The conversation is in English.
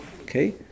Okay